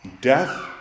death